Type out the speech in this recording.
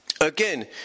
again